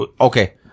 okay